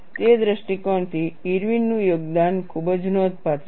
તે દૃષ્ટિકોણથી ઇરવિન નું યોગદાન ખૂબ જ નોંધપાત્ર છે